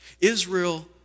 Israel